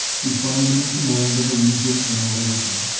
we find him in command of a legion in illyricum.